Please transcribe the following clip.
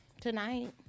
tonight